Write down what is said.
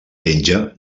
penja